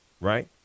Right